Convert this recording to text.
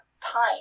time